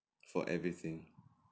for everything